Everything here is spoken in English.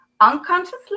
unconsciously